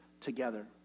together